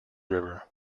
river